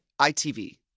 ITV